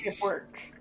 work